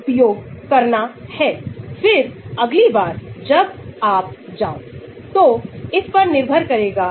तो इन दवाओं की गतिविधि ये anticonvulsant ड्रग्स हैं जो वे सभी log P पर निर्भर करते हैं